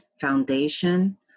foundation